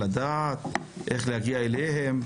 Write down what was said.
לדעת איך להגיע אליהם,